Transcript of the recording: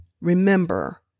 remember